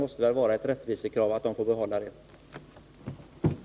Det måste väl vara ett rättvisekrav att de får behålla den rätten?